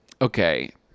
Okay